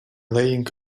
laying